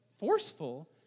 forceful